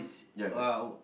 ya but